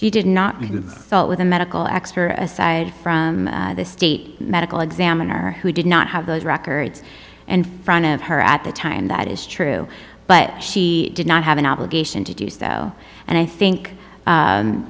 he did not meet with a medical expert aside from the state medical examiner who did not have those records and front of her at the time that is true but she did not have an obligation to do so and i think